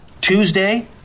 Tuesday